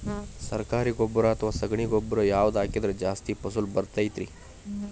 ಸರಕಾರಿ ಗೊಬ್ಬರ ಅಥವಾ ಸಗಣಿ ಗೊಬ್ಬರ ಯಾವ್ದು ಹಾಕಿದ್ರ ಜಾಸ್ತಿ ಫಸಲು ಬರತೈತ್ರಿ?